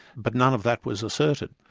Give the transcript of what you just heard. but none of that was asserted.